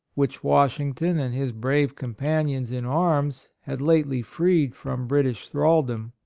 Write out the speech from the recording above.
which washington and his brave companions in arms had lately freed from british thraldom.